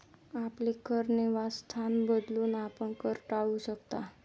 आपले कर निवासस्थान बदलून, आपण कर टाळू शकता